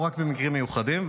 או רק במקרים מיוחדים.